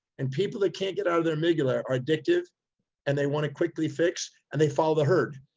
and people that can't get out of their amygdala are addictive and they want to quickly fix. and they follow the herd.